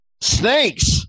snakes